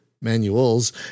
manuals